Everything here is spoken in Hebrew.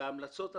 וההמלצות המשפטיות,